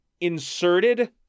inserted